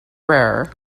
rarer